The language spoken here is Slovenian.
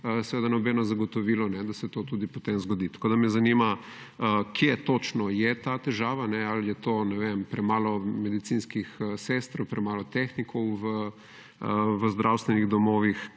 seveda ni nobeno zagotovilo, da se to potem tudi zgodi. Tako da me zanima, kje točno je ta težava, ali je to, ne vem, premalo medicinskih sester, premalo tehnikov v zdravstvenih domovih.